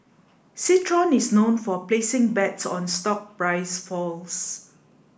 citron is known for placing bets on stock price falls